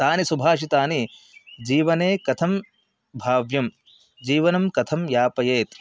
तानि सुभाषितानि जीवने कथं भाव्यं जीवनं कथं यापयेत्